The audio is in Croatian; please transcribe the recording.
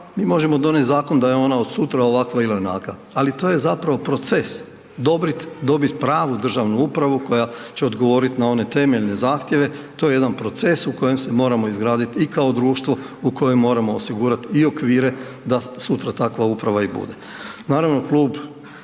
mi možemo donijeti zakon da je ona od sutra ovakva ili onakva. Ali to je zapravo proces, dobiti pravu državnu upravu koja će odgovoriti na one temeljne zahtjeve. To je jedan proces u kojem se moramo izgraditi i kao društvo u kojem moramo osigurati i okvire da sutra takva uprava i bude.